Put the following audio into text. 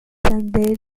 and